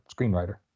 screenwriter